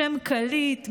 שם קליט,